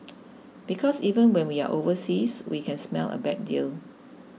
because even when we are overseas we can smell a bad deal